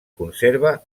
conserva